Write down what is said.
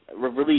release